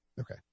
Okay